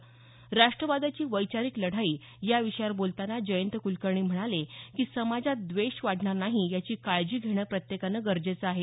राष्टवादाची वैचारिक लढाईया विषयावर बोलताना जयंत कुलकर्णी म्हणाले की समाजात द्वेष वाढणार नाहीत याची काळजी प्रत्यकानं घेणं गरजेचं आहे